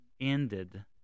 ended